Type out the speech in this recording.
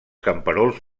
camperols